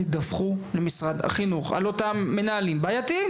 תדווחו למשרד החינוך על אותם מנהלים בעייתיים,